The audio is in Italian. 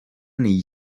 negli